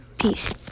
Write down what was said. Peace